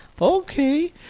Okay